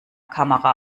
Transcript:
kamera